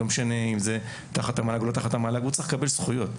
לא משנה אם זה תחת המל"ג לא תחת המל"ג - הוא צריך לקבל זכויות.